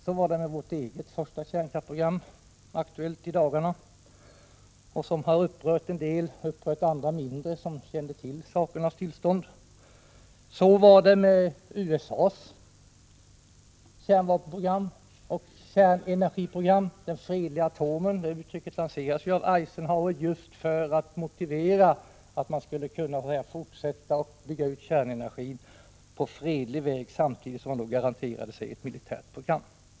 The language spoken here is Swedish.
Så var fallet med vårt eget första kärnkraftsprogram, som varit aktuellt i dagarna och som upprört en del medan de som känt till sakernas tillstånd blivit mindre upprörda. Så var också fallet med USA:s kärnvapenoch kärnenergiprogram. Uttrycket ”den fredliga atomen” lanserades ju av Eisenhower just för att motivera att man så att säga skulle kunna fortsätta att bygga ut kärnenergin på fredlig väg samtidigt som man då garanterade sig ett militärt program.